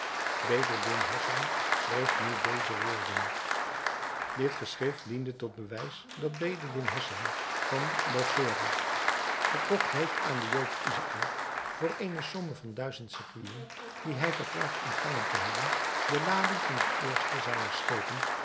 bedreddin hassan schreef nu deze woorden dit geschrift dient tot bewijs dat bedreddin hassan van balsora verkocht heeft aan den jood izaäk voor eene som van duizend sequinen die hij verklaart ontvangen te hebben de lading van het eerste zijner schepen